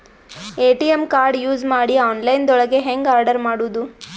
ATM card use ಮಾಡಿ online ದೊಳಗೆ ಹೆಂಗ್ ಆರ್ಡರ್ ಮಾಡುದು?